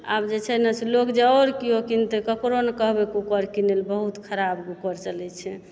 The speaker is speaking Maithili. आब जे छै ने से लोक जे आओर केओ किनतै ककरो नहि कहबै कुकर किनैला बहुत खराब कुकर चलै छै